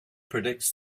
predicts